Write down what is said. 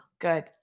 Good